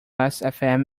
lastfm